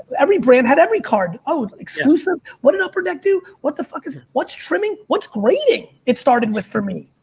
but every brand had every card. oh exclusive. what did upper deck do? what the fuck is? what's trimming? what's grading. it started with for me.